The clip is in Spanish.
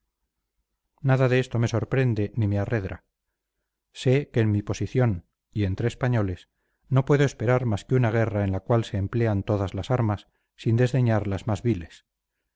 nada de esto me sorprende ni me arredra sé que en mi posición y entre españoles no puedo esperar más que una guerra en la cual se emplean todas las armas sin desdeñar las más viles